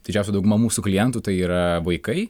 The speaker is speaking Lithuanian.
didžiausia dauguma mūsų klientų tai yra vaikai